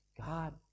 God